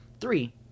three